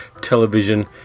television